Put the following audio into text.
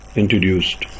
introduced